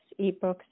ebooks